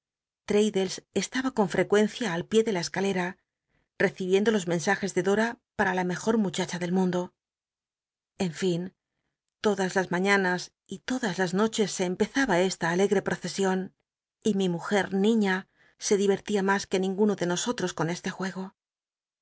estaba con frecuencia al pié de la escalera recibiendo los mensajes de dora para la lujo muchacha dd mundo en fin todas las mañanas y todas las noches se empezaba esta alegre poccsion y mi mujcr niiia se di l'ertia mas que ninguno de nosotros con este juego